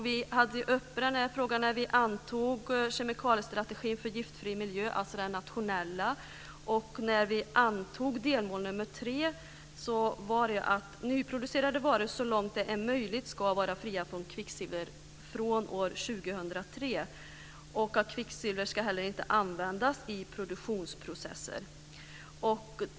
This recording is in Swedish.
Vi hade denna fråga uppe när vi antog kemikaliestrategin för en giftfri miljö, alltså den nationella, och när vi antog delmål 3 innebar det att nyproducerade varor så långt det är möjligt ska vara fria från kvicksilver från år 2003 och att kvicksilver inte heller ska användas i produktionsprocesser.